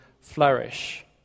flourish